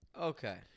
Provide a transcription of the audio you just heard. Okay